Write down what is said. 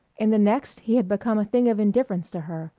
in the next he had become a thing of indifference to her,